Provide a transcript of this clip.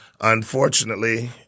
unfortunately